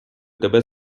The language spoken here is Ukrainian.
тебе